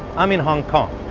i'm in hong kong,